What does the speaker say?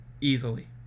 easily